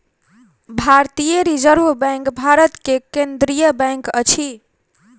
भारतीय reserve bank Bharat के केंद्रीय बैंक अछि